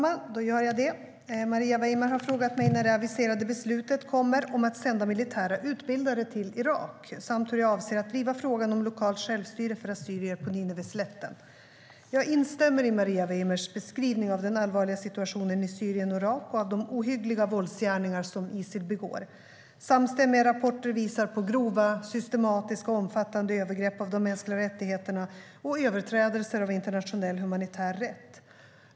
Fru talman! Maria Weimer har frågat mig när det aviserade beslutet kommer om att sända militära utbildare till Irak samt hur jag avser att driva frågan om lokalt självstyre för assyrier på Nineveslätten.Jag instämmer i Maria Weimers beskrivning av den allvarliga situationen i Syrien och Irak och av de ohyggliga våldsgärningar som Isil begår. Samstämmiga rapporter visar på grova, systematiska och omfattande övergrepp av de mänskliga rättigheterna och överträdelser av internationell humanitär rätt.